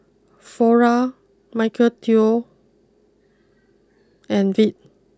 Flora Michael Trio and Veet